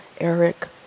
Eric